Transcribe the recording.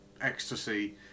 ecstasy